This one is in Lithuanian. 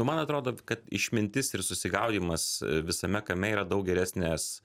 man atrodo kad išmintis ir susigaudymas visame kame yra daug geresnės